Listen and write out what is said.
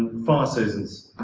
fire seasons